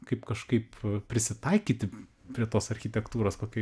kaip kažkaip prisitaikyti prie tos architektūros kokia